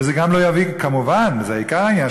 וזה גם לא יביא כמובן וזה עיקר העניין,